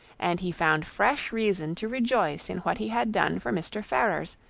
and he found fresh reason to rejoice in what he had done for mr. ferrars,